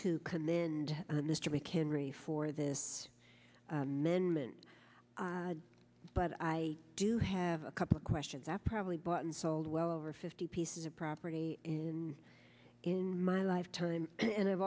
to come in and mr we can read for this amendment but i do have a couple of questions that probably bought and sold well over fifty pieces of property and in my lifetime and i've